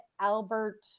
Albert